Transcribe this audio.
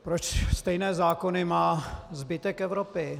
Proč stejné zákony má zbytek Evropy?